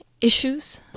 issues